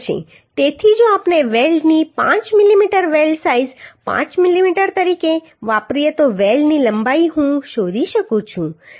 તેથી જો આપણે વેલ્ડની 5 મીમી વેલ્ડ સાઇઝ 5 મીમી તરીકે વાપરીએ તો વેલ્ડની લંબાઈ હું શોધી શકું છું